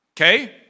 okay